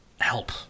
help